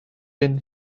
been